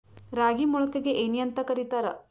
ರಾಗಿ ಮೊಳಕೆಗೆ ಏನ್ಯಾಂತ ಕರಿತಾರ?